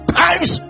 times